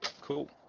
Cool